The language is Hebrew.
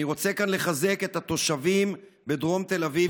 אני רוצה כאן לחזק את התושבים בדרום תל אביב